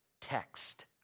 text